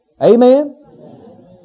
Amen